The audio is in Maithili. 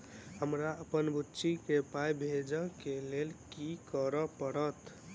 हमरा अप्पन बुची केँ पाई भेजइ केँ लेल की करऽ पड़त?